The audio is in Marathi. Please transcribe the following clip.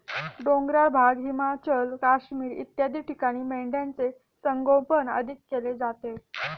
डोंगराळ भाग, हिमाचल, काश्मीर इत्यादी ठिकाणी मेंढ्यांचे संगोपन अधिक केले जाते